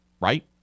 Right